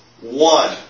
one